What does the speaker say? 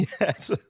Yes